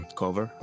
cover